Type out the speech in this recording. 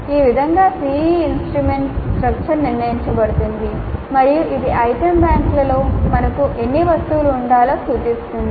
ఈ విధంగా SEE instrument structure నిర్ణయించబడుతుంది మరియు ఇది ఐటెమ్ బ్యాంక్లో మనకు ఎన్ని వస్తువులు ఉండాలో సూచిస్తుంది